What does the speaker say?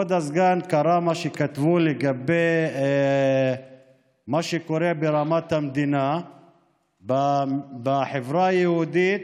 כבוד הסגן קרא מה שכתבו לגבי מה שקורה ברמת המדינה בחברה היהודית,